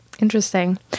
Interesting